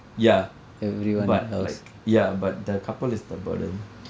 ya but like ya but the couple is the burden